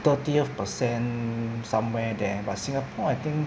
thirtieth percent somewhere there but singapore I think